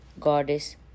Goddess